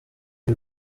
iri